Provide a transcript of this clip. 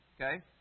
okay